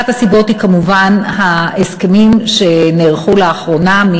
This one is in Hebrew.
אחת הסיבות היא כמובן ההסכמים שנערכו לאחרונה,